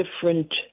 different